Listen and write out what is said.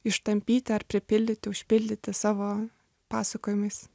ištampyti ar pripildyti užpildyti savo pasakojimais